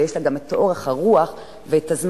ויש לה אורך הרוח והזמן,